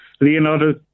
Leonardo